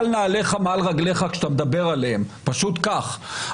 של נעליך מעל רגליך, כשאתה מדבר עליהם, פשוט כך.